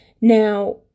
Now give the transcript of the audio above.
Now